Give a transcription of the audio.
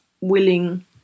willing